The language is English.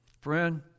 friend